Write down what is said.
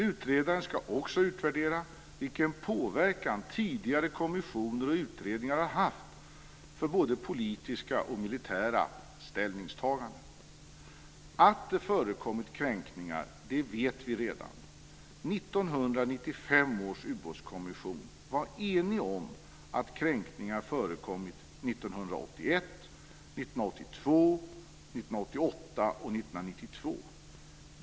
Utredaren ska också utvärdera vilken påverkan tidigare kommissioner och utredningar har haft för både politiska och militära ställningstaganden. Att det har förekommit kränkningar vet vi redan. 1995 års ubåtskommission var enig om att kränkningar förekommit 1981, 1982, 1988 och 1992.